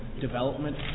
development